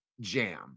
jam